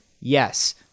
Yes